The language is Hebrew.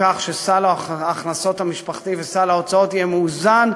אלא לדאוג לכך שסל ההכנסות המשפחתי וסל ההוצאות יהיה מאוזן,